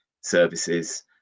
services